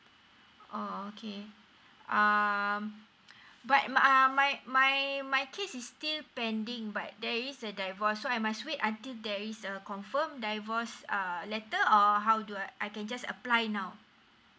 oh okay um but I'm uh my my my case is still pending but there is a divorce so I must wait until there is a confirmed divorced uh letter or how to uh I can just apply now